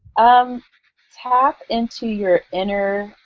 um tap into your inner